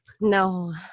No